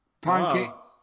pancakes